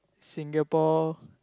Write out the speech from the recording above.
Singapore